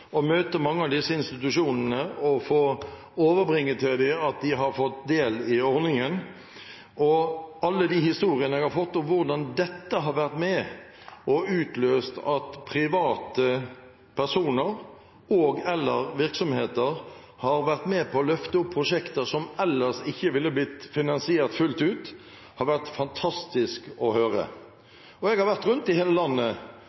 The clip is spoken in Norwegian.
møte mange av disse institusjonene og få overbringe til dem at de har fått del i ordningen. Jeg har hørt mange historier om hvordan dette har vært med på å utløse at private personer og/eller virksomheter har vært med på å løfte prosjekter som ellers ikke ville blitt finansiert fullt ut – det har vært fantastisk å høre. Jeg har vært rundt i hele landet